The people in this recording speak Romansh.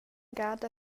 gada